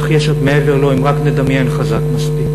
אך יש עוד מעבר לו אם רק נדמיין חזק מספיק.